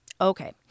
okay